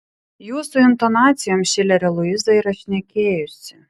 jūsų intonacijom šilerio luiza yra šnekėjusi